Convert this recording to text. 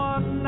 One